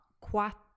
quattro